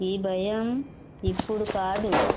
ఈ భయం ఇప్పుడు కాదు